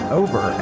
over